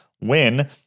win